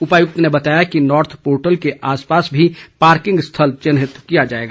उपायुक्त ने बताया कि नॉर्थ पोर्टल के आस पास भी पार्किंग स्थल चिन्हित किया जाएगा